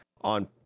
on